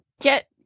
get